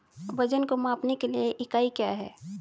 वजन को मापने के लिए इकाई क्या है?